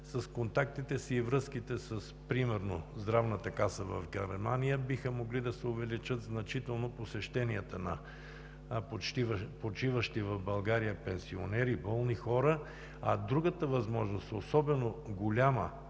С контактите и връзките си примерно със Здравната каса в Германия биха могли да се увеличат значително посещенията на почиващи в България пенсионери, болни хора. Другата особено голяма